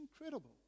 incredible